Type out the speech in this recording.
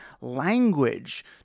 language